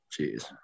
Jeez